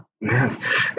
Yes